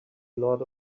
lot